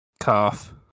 Calf